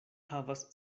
havas